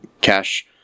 Cash